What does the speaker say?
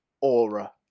aura